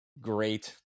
great